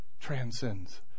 Transcends